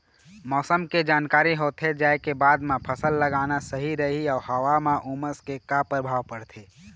मौसम के जानकारी होथे जाए के बाद मा फसल लगाना सही रही अऊ हवा मा उमस के का परभाव पड़थे?